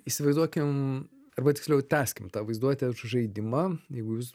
įsivaizduokim arba tiksliau tęskim tą vaizduotės žaidimą jeigu jūs